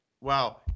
Wow